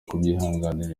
kubyihanganira